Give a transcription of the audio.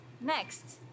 Next